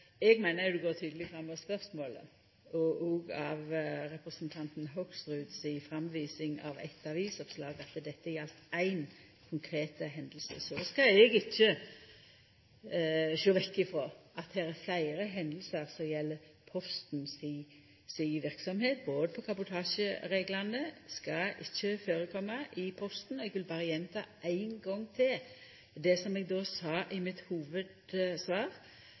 av representanten Hoksrud si framvising av eitt avisoppslag, at dette galdt ei konkret hending. Eg vil ikkje sjå vekk frå at det er fleire hendingar som gjeld Posten si verksemd. Brot på kabotasjereglane skal ikkje skje i Posten. Eg vil berre gjenta det eg sa i mitt hovudsvar: Som det største logistikkonsernet i